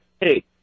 hey